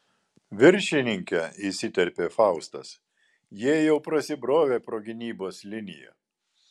viršininke įsiterpė faustas jie jau prasibrovė pro gynybos liniją